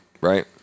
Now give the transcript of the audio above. Right